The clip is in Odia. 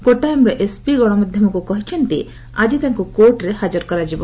କୋଟାାୟାମ୍ର ଏସପି ଗଣମାଧ୍ୟମକୁ କହିଛନ୍ତି ଆଜି ତାଙ୍କୁ କୋର୍ଟରେ ହାଜର କରାଯିବ